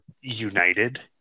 united